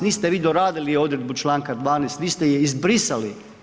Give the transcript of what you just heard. Niste vi doradili odredbu čl. 12., vi ste izbrisali.